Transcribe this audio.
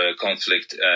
conflict